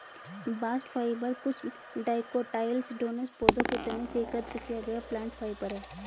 bast fibre कुछ dicotyledonous पौधों के तने से एकत्र किया गया प्लांट फाइबर है